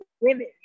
women